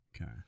Okay